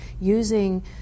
using